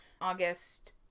August